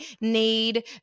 need